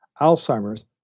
Alzheimer's